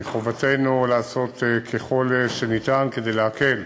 מחובתנו לעשות ככל שניתן כדי להקל